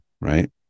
right